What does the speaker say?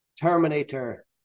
Terminator